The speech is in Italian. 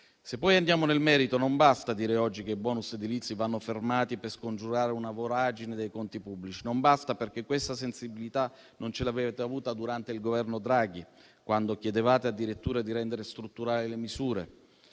Se poi andiamo nel merito, non basta dire oggi che i *bonus* edilizi vanno fermati per scongiurare una voragine nei conti pubblici. Non basta, perché questa sensibilità non l'avete avuta durante il Governo Draghi, quando chiedevate addirittura di rendere strutturali le misure.